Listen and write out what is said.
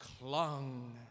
clung